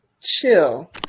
Chill